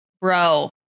bro